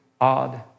odd